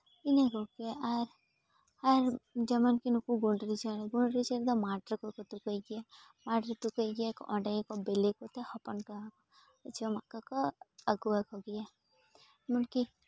ᱤᱱᱟᱹ ᱠᱚᱜᱮ ᱟᱨ ᱟᱨ ᱡᱮᱢᱚᱱ ᱠᱤ ᱱᱩᱠᱩ ᱜᱩᱸᱰᱨᱤ ᱪᱮᱬᱮ ᱜᱩᱸᱰᱨᱤ ᱪᱮᱬᱮ ᱫᱚ ᱢᱟᱴᱷ ᱨᱮᱠᱚ ᱛᱩᱠᱟᱹᱭ ᱜᱮᱭᱟ ᱟᱨ ᱛᱩᱠᱟᱹᱭ ᱜᱮᱭᱟᱠᱚ ᱚᱸᱰᱮ ᱜᱮᱠᱚ ᱵᱮᱞᱮ ᱠᱚᱛᱮ ᱦᱚᱯᱚᱱ ᱠᱚᱣᱟ ᱡᱚᱢᱟᱜ ᱠᱚᱠᱚ ᱟᱹᱜᱩᱣᱟ ᱠᱚᱜᱮᱭᱟ ᱮᱢᱚᱱᱠᱤ